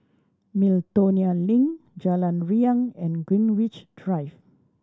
Miltonia Link Jalan Riang and Greenwich Drive